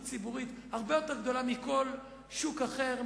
ציבורית הרבה יותר גדולה מכל שוק אחר,